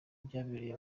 byabereye